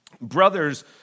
brothers